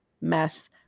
mess